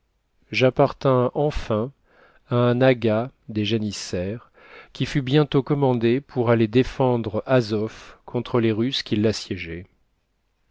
j'appartins enfin à un aga des janissaires qui fut bientôt commandé pour aller défendre azof contre les russes qui